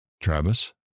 Travis